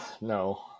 no